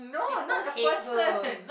people hate her